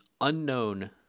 unknown